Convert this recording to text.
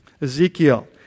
Ezekiel